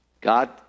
God